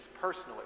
personally